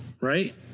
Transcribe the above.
right